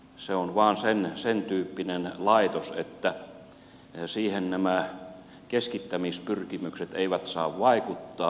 se on vain sen tyyppinen laitos että siihen nämä keskittämispyrkimykset eivät saa vaikuttaa